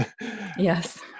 Yes